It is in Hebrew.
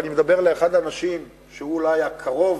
ואני מדבר לאחד האנשים שהוא אולי הקרוב,